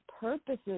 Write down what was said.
purposes